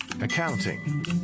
accounting